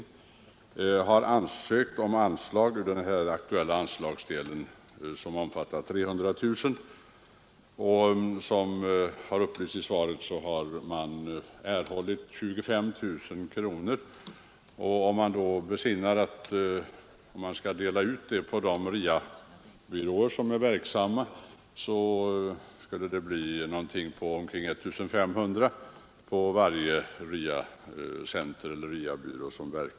Man har ansökt om anslag ur den här aktuella anslagsdelen på 300 000 kronor, och som statsrådet säger i svaret har man erhållit 25 000 kronor. Om vi besinnar att dessa pengar skall delas ut till de RIA-byråer som är verksamma i landet finner vi att det blir omkring 1 500 kronor per RIA-byrå.